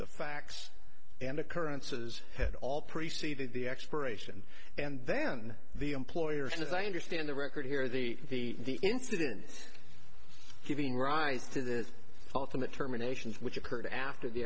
the facts and occurrences had all preceded the expiration and then the employers as i understand the record here the incident giving rise to the ultimate terminations which occurred after the